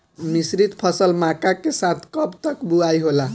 मिश्रित फसल मक्का के साथ कब तक बुआई होला?